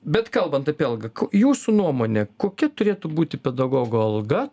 bet kalbant apie algą jūsų nuomone kokia turėtų būti pedagogo alga